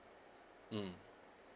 mm